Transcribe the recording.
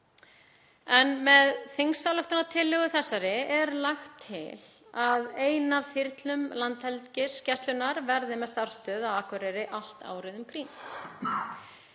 En með þingsályktunartillögu þessari er lagt til að ein af þyrlum Landhelgisgæslunnar verði með starfsstöð á Akureyri allt árið um kring.